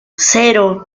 cero